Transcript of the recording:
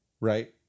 right